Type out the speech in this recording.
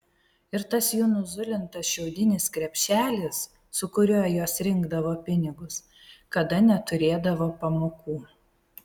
ir tas jų nuzulintas šiaudinis krepšelis su kuriuo jos rinkdavo pinigus kada neturėdavo pamokų